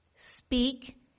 speak